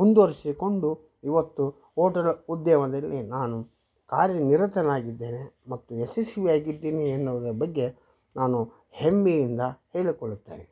ಮುಂದುವರೆಸಿಕೊಂಡು ಇವತ್ತು ಓಟಲ್ ಉದ್ಯಮದಲ್ಲಿ ನಾನು ಕಾರ್ಯ ನಿರತನಾಗಿದ್ದೇನೆ ಮತ್ತು ಯಶಸ್ವಿಯಾಗಿದ್ದಿನಿ ಎನ್ನುವುದರ ಬಗ್ಗೆ ನಾನು ಹೆಮ್ಮೆಯಿಂದ ಹೇಳಿಕೊಳ್ಳುತ್ತೇನೆ